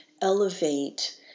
elevate